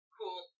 cool